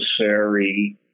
necessary